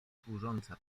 służąca